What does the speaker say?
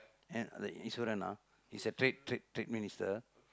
and the Iswaran ah is a trade trade trade minister